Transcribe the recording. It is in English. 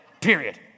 Period